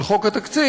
של חוק התקציב,